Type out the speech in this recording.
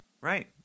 Right